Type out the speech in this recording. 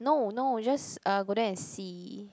no no just uh go there and see